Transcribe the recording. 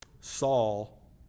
Saul